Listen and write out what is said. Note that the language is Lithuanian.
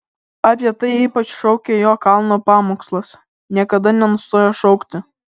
apie tai ypač šaukia jo kalno pamokslas niekada nenustoja šaukti